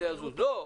לא,